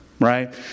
Right